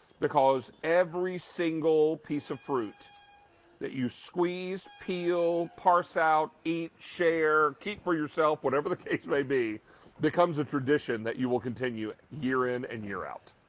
because every single piece of fruit that you squeeze, peel, part out, eat, share, keep for yourself, whatever the case maybe, becomes a tradition that you will continue your in and year out.